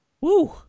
Woo